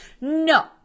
no